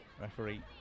Referee